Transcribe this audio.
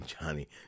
Johnny